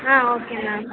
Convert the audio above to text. ah okay ma'am